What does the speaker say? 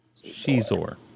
Shizor